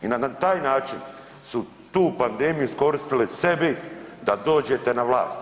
I na taj način su tu pandemiju iskoristili sebi da dođete na vlast.